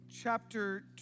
chapter